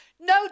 No